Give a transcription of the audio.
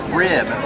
rib